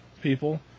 people